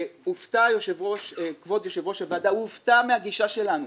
יושב-ראש הוועדה הופתע מהגישה שלנו,